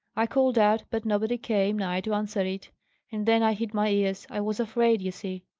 i called out, but nobody came nigh to answer it and then i hid my ears. i was afraid, ye see.